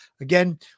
Again